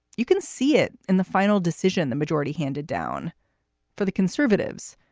you can see it in the final decision the majority handed down for the conservatives.